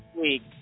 week